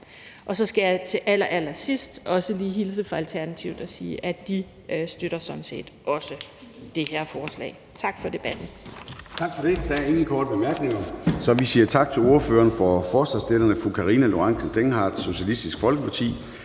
Og så skal jeg til allerallersidst også hilse fra Alternativet og sige, at de sådan set også støtter det her forslag. Tak for debatten.